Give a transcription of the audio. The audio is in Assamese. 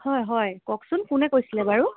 হয় হয় কওকচোন কোনে কৈছিলে বাৰু